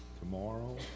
tomorrow